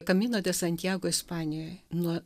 kamino de santiago ispanijoj nuo